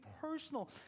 personal